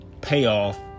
payoff